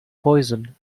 poison